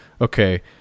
okay